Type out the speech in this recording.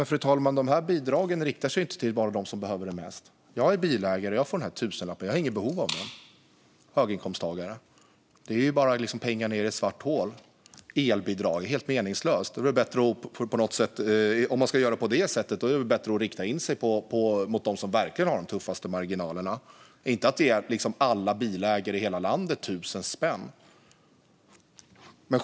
Fru talman! De här bidragen riktar sig inte bara till dem som behöver det mest. Jag är själv bilägare och får den här tusenlappen. Jag har inget behov av den eftersom jag är höginkomsttagare. Det är ju bara pengar ned i ett svart hål! Elbidrag är helt meningslöst. Om man ska göra på det sättet är det bättre att rikta in sig på dem som verkligen har de tuffaste marginalerna - inte att ge alla bilägare i landet 1 000 spänn!